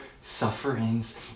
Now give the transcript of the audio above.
sufferings